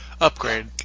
upgrade